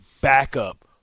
backup